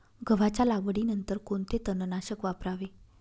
गव्हाच्या लागवडीनंतर कोणते तणनाशक वापरावे?